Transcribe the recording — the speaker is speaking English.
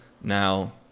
Now